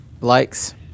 likes